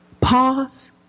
pause